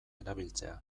erabiltzea